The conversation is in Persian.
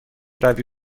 روی